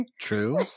True